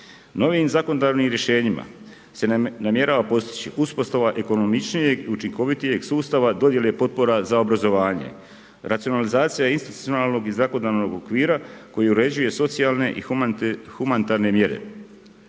Novim zakonodavnim rješenjima se namjerava postići uspostava ekonomičnijeg i učinkovitijeg sustava dodjele potpora za obrazovanje. Racionalizacija institucionalnog i zakonodavnog okvira koji uređuje socijalne i humanitarne mjere